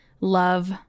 love